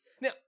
Now